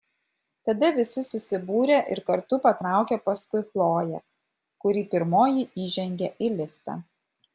tada visi susibūrė ir kartu patraukė paskui chloję kuri pirmoji įžengė į liftą